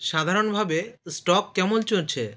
সাধারণভাবে স্টক কেমন চলছে